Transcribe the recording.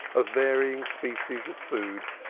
of varying species of food,